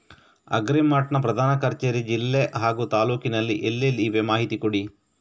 Agri Mart ನ ಪ್ರಧಾನ ಕಚೇರಿ ಜಿಲ್ಲೆ ಹಾಗೂ ತಾಲೂಕಿನಲ್ಲಿ ಎಲ್ಲೆಲ್ಲಿ ಇವೆ ಮಾಹಿತಿ ಕೊಡಿ?